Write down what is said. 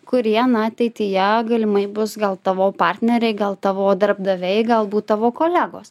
kurie na ateityje galimai bus gal tavo partneriai gal tavo darbdaviai galbūt tavo kolegos